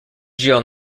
jill